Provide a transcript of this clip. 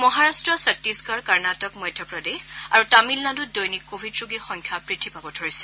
মহাৰা্ট ছট্টিশগড কৰ্ণাটক মধ্যপ্ৰদেশ আৰু তামিলনাডুত দৈনিক কভিড ৰোগীৰ সংখ্যা বৃদ্ধি পাব ধৰিছে